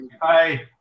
Hi